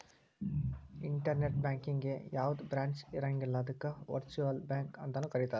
internet ಬ್ಯಾಂಕಿಗೆ ಯಾವ್ದ branch ಇರಂಗಿಲ್ಲ ಅದಕ್ಕ ವರ್ಚುಅಲ್ ಬ್ಯಾಂಕ ಅಂತನು ಕರೇತಾರ